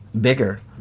bigger